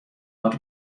wat